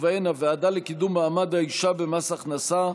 ובהן הוועדה לקידום מעמד האישה במס הכנסה,